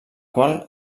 qual